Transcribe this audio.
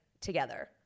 together